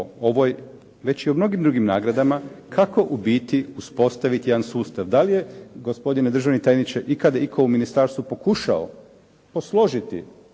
ovoj već i o mnogim drugim nagradama kako u biti uspostaviti jedan sustav. Da li je, gospodine državni tajniče, ikad itko u ministarstvu pokušao posložiti